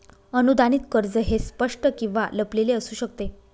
अनुदानित कर्ज हे स्पष्ट किंवा लपलेले असू शकते